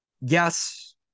yes